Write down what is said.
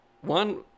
One